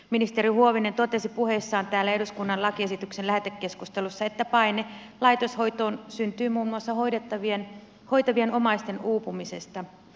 ministeri huovinen totesi puheessaan täällä eduskunnan lakiesityksen lähetekeskustelussa että paine laitoshoitoon syntyy muun muassa hoitavien omaisten uupumisesta